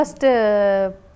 First